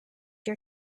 your